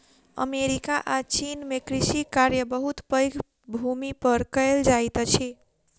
America आ चीन में कृषि कार्य बहुत पैघ भूमि पर कएल जाइत अछि